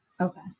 Okay